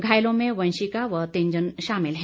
घायलों में वंशिका व तन्जिन शामिल है